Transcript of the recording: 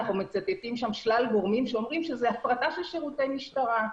אנחנו מצטטים שם שלל גורמים שאומרים שזה הפרטה של שירותי משטרה.